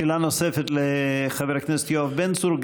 שאלה נוספת לחבר הכנסת יואב בן צור.